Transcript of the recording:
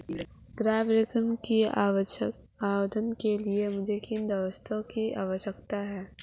गृह ऋण के लिए आवेदन करने के लिए मुझे किन दस्तावेज़ों की आवश्यकता है?